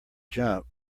jump